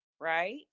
right